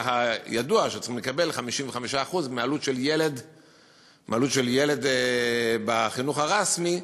ידוע שצריכים לקבל 55% מעלות של ילד בחינוך הרשמי.